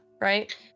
right